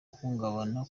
uhungabana